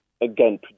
again